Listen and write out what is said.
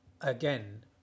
again